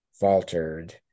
faltered